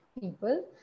people